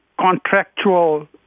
contractual